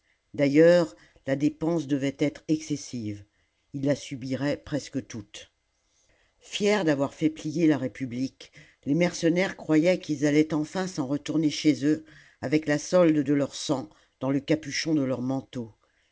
d'ailleurs la dépense devait être excessive il la subirait presque toute fiers d'avoir fait plier la république les mercenaires croyaient qu'ils allaient enfin s'en retourner chez eux avec la solde de leur sang dans le capuchon de leur manteau